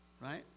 Right